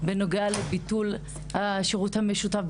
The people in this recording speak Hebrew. בנוגע לביטול השירות המשותף,